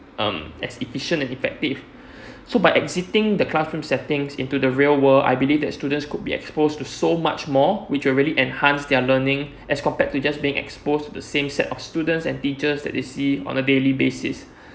um as efficient and effective so by exiting the classroom settings into the real world I believe that students could be exposed to so much more which will really enhance their learning as compared to just being exposed to the same set of students and teachers that they see on a daily basis